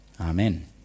Amen